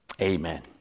amen